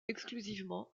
exclusivement